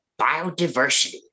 biodiversity